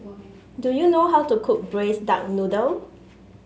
do you know how to cook Braised Duck Noodle